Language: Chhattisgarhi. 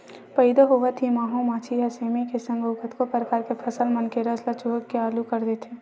पइदा होवत ही माहो मांछी ह सेमी के संग अउ कतको परकार के फसल मन के रस ल चूहके के चालू कर देथे